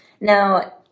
Now